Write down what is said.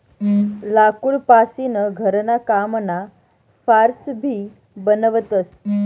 लाकूड पासीन घरणा कामना फार्स भी बनवतस